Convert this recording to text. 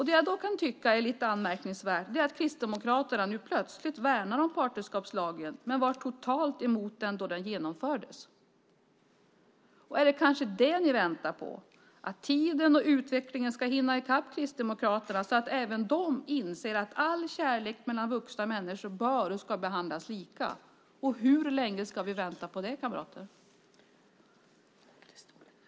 Det jag då kan tycka är lite anmärkningsvärt är att Kristdemokraterna nu plötsligt värnar om partnerskapslagen, som de var totalt emot då den genomfördes. Väntar ni kanske på att tiden och utvecklingen ska hinna i kapp Kristdemokraterna så att även de inser att all kärlek mellan vuxna människor bör och ska behandlas lika? Hur länge ska vi vänta på det, kamrater?